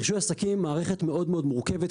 רישוי עסקים זה מערכת מאוד-מאוד מורכבת,